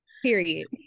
period